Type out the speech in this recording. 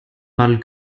parle